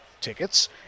tickets